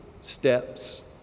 Steps